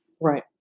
Right